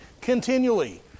continually